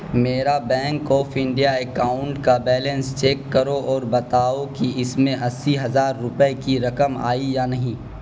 میرا bank of India account کا balance check کرو اور بتاؤ کہ اس میں اسی ہزار روپئے کی رقم آئی یا نہیں